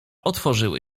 otworzyły